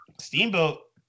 Steamboat